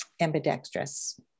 ambidextrous